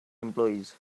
employees